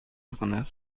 کند